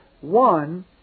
one